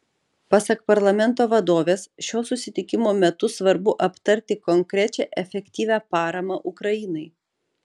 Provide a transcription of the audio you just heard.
pasak parlamento vadovės šio susitikimo metu svarbu aptarti konkrečią efektyvią paramą ukrainai